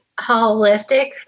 holistic